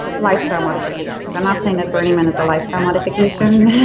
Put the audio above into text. lifestyle modifications. i'm not saying that burning man is a lifestyle modification,